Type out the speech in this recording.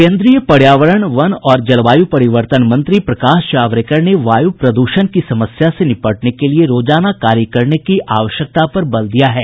केंद्रीय पर्यावरण वन और जलवायु परिवर्तन मंत्री प्रकाश जावड़ेकर ने वायु प्रद्षण की समस्या से निपटने के लिए रोजाना कार्य करने की आवश्यकता पर बल दिया है